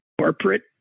corporate